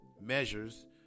measures